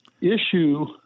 issue